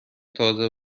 تازه